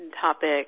topic